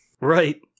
Right